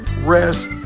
rest